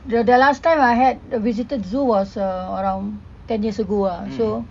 the the last time I had visited zoo was ah around ten years ago uh so